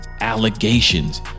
allegations